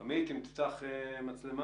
עמית, תפתח את המצלמה.